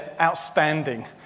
outstanding